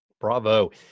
Bravo